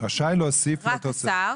רק שר,